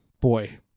boy